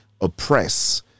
oppress